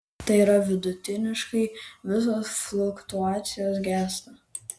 tai yra vidutiniškai visos fluktuacijos gęsta